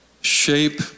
shape